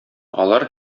алар